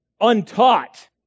untaught